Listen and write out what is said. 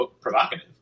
provocative